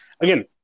Again